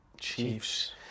Chiefs